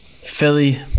Philly